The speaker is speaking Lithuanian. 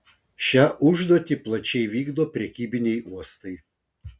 šią užduotį plačiai vykdo prekybiniai uostai